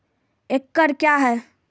एकड कया हैं?